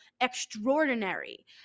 extraordinary